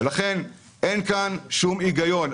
אין כאן שום היגיון.